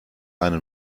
einen